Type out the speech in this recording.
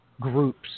groups